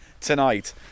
tonight